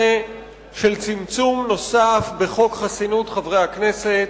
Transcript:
של צמצום נוסף בחוק חסינות חברי הכנסת.